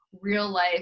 real-life